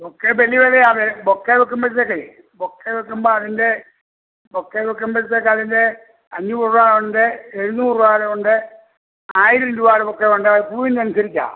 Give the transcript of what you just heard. bouquet വലിയ വിലയാ bouquet വെക്കുമ്പഴത്തേക്കേ ബൊക്കെ വെക്കുമ്പോൾ അതിൻ്റെ ബൊക്കെ വെക്കുമ്പഴത്തേക്ക് അതിൻ്റെ അഞ്ഞൂറ് രൂപ ഉണ്ട് എഴുന്നൂറ് രൂപയുടെ വരെ ഉണ്ട് ആയിരം രൂപയുടെ ബൊക്കെ ഉണ്ട് പൂവിനനുസരിച്ചാ